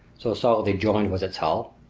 so solidly joined was its hull.